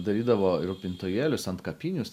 darydavo rūpintojėlius antkapinius